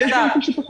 ויש בנקים שפחות.